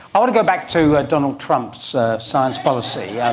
i want to go back to donald trump's science policy, yeah